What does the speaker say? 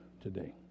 today